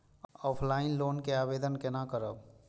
Offline loan के आवेदन केना करब?